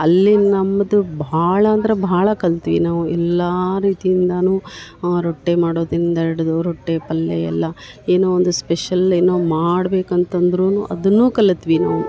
ಅಲ್ಲಿ ನಮ್ಮದು ಭಾಳ ಅಂದ್ರ ಭಾಳ ಕಲ್ತ್ವಿ ನಾವು ಎಲ್ಲಾ ರೀತಿಯಿಂದಾನು ರೊಟ್ಟಿ ಮಾಡೋದಿಂದ ಇಡ್ದು ರೊಟ್ಟಿ ಪಲ್ಲೆ ಎಲ್ಲ ಏನೋ ಒಂದು ಸ್ಪೆಷಲ್ ಏನೋ ಮಾಡ್ಬೇಕಂತಂದರೂನು ಅದುನ್ನು ಕಲತ್ವಿ ನಾವು